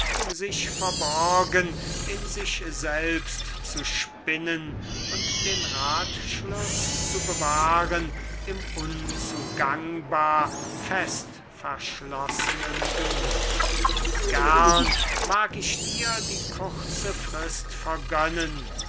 sich verborgen in sich selbst zu spinnen und den rathschluß zu bewahren um unzugangbar fest verschlossenen gemüth gern mag ich dir die kurze frist vergönnen